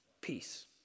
Peace